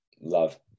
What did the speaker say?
love